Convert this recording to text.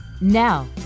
Now